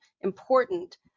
important